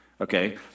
Okay